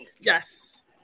Yes